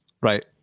right